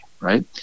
right